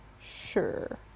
sure